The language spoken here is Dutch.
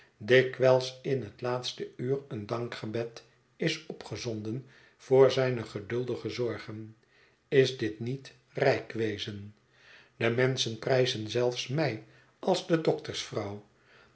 dikwijls in het laatste uur een dankgebed is opgezonden voor zijne geduldige zorgen is dit niet rijk wezen de menschen prijzen zelfs mij als dedoktersvrouw de